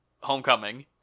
Homecoming